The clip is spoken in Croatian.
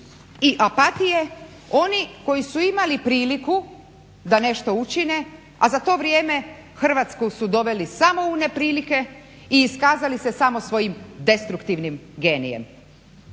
i apatije, oni koji su imali priliku da nešto učine, a za to vrijeme Hrvatsku su doveli samo u neprilike i iskazali se samo svojim destruktivnim genijem.